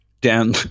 down